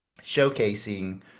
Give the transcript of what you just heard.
showcasing